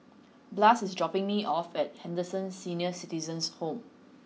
Blas is dropping me off at Henderson Senior Citizens' Home